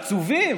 עצובים.